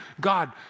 God